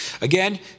Again